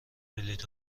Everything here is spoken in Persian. بلیط